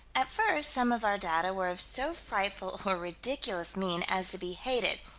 at first some of our data were of so frightful or ridiculous mien as to be hated,